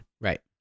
Right